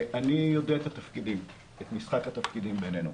אני יודע את משחק התפקידים בינינו,